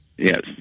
Yes